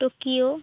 Tokyo